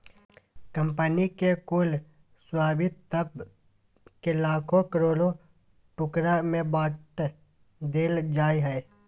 company के कुल स्वामित्व के लाखों करोड़ों टुकड़ा में बाँट देल जाय हइ